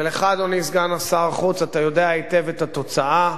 ולך, אדוני שר החוץ, אתה יודע היטב את התוצאה,